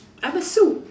I'm a Sue